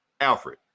Alfred